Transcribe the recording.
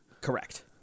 Correct